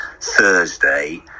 Thursday